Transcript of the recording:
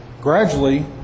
Gradually